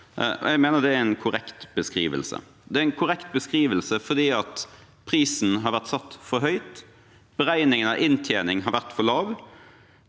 Jeg mener det er en korrekt beskrivelse. Det er en korrekt beskrivelse fordi prisen har vært satt for høyt. Beregningen av inntjening har vært for lav.